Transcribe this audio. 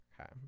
Okay